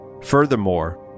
Furthermore